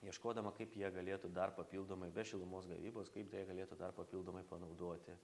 ieškodama kaip jie galėtų dar papildomai be šilumos gamyvos kaip da jie galėtų dar papildomai panaudoti